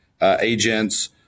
agents